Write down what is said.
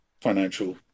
financial